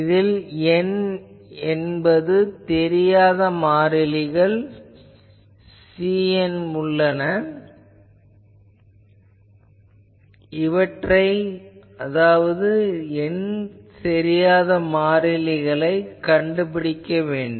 இதில் N தெரியாத மாறிலிகள் cn உள்ளன இவற்றை நாம் கண்டறிய வேண்டும்